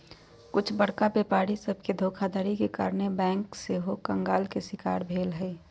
कुछ बरका व्यापारी सभके धोखाधड़ी के कारणे बैंक सेहो कंगाल के शिकार भेल हइ